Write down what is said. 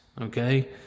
Okay